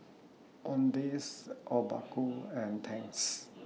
Owndays Obaku and Tangs